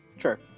Sure